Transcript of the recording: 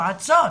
יועצות